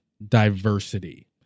diversity